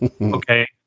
Okay